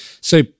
So-